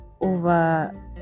over